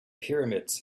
pyramids